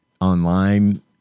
online –